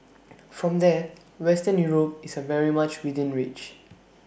from there western Europe is very much within reach